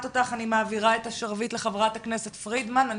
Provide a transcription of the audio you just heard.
מעבירה את השרביט לחברת הכנסת פרידמן.